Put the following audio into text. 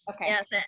Yes